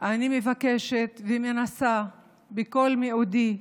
אני מבקשת ומנסה בכל מאודי,